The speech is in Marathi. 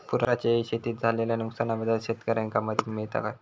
पुराच्यायेळी शेतीत झालेल्या नुकसनाबद्दल शेतकऱ्यांका मदत मिळता काय?